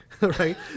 Right